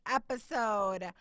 episode